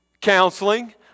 counseling